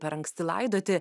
per anksti laidoti